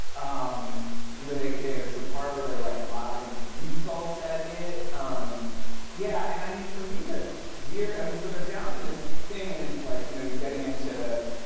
um you know there's a part where they're like lobbing insults at it. um yeah. and i mean for me the weird i mean so they're down in this thing and it's like you know you're getting into.